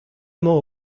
emañ